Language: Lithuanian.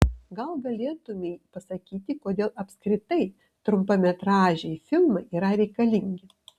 gal galėtumei pasakyti kodėl apskritai trumpametražiai filmai yra reikalingi